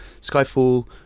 Skyfall